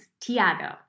Tiago